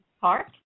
Park